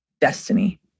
destiny